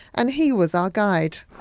and he was our guide.